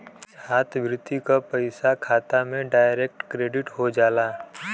छात्रवृत्ति क पइसा खाता में डायरेक्ट क्रेडिट हो जाला